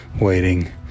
waiting